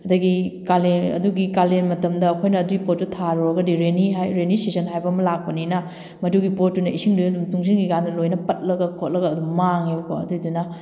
ꯑꯗꯒꯤ ꯀꯥꯂꯦꯟ ꯑꯗꯨꯒ ꯀꯥꯂꯦꯟ ꯃꯇꯝꯗ ꯑꯩꯈꯣꯏꯅ ꯑꯗꯨꯏ ꯄꯣꯠꯇꯣ ꯊꯥꯔꯨꯔꯒꯗꯤ ꯔꯦꯅꯤ ꯔꯦꯅꯤ ꯁꯤꯖꯟ ꯍꯥꯏꯕ ꯑꯃ ꯂꯥꯛꯄꯅꯤꯅ ꯃꯗꯨꯒꯤ ꯄꯣꯠꯇꯨꯅ ꯏꯁꯤꯡꯗꯨꯗ ꯑꯗꯨꯝ ꯇꯨꯡꯖꯟꯒꯤꯀꯥꯟꯗ ꯂꯣꯏꯅ ꯄꯠꯂꯒ ꯈꯣꯠꯂꯒ ꯑꯗꯨꯝ ꯃꯥꯡꯉꯦꯕꯀꯣ ꯑꯗꯨꯏꯗꯨꯅ